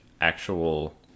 actual